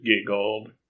giggled